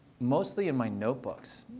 mostly in my notebooks,